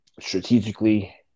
strategically